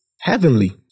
heavenly